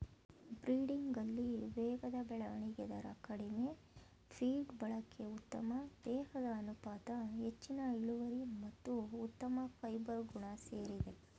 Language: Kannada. ಬ್ರೀಡಿಂಗಲ್ಲಿ ವೇಗದ ಬೆಳವಣಿಗೆ ದರ ಕಡಿಮೆ ಫೀಡ್ ಬಳಕೆ ಉತ್ತಮ ದೇಹದ ಅನುಪಾತ ಹೆಚ್ಚಿನ ಇಳುವರಿ ಮತ್ತು ಉತ್ತಮ ಫೈಬರ್ ಗುಣ ಸೇರಿದೆ